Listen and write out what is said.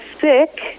sick